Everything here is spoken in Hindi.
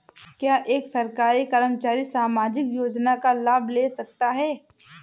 क्या एक सरकारी कर्मचारी सामाजिक योजना का लाभ ले सकता है?